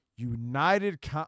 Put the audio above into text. United